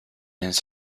his